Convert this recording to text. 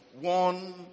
one